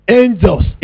angels